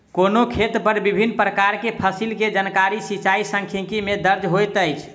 कोनो खेत पर विभिन प्रकार के फसिल के जानकारी सिचाई सांख्यिकी में दर्ज होइत अछि